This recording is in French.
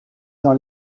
dans